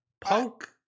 Punk